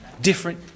different